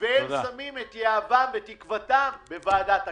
והם שמים את יהבם ותקוותם בוועדת הכספים,